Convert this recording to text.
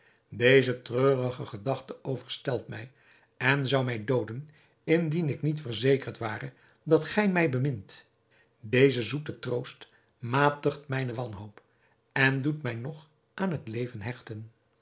deze treurige gedachte overstelpt mij en zou mij dooden indien ik niet verzekerd ware dat gij mij bemint deze zoete troost matigt mijne wanhoop en doet mij nog aan het leven hechten